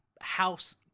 house